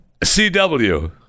CW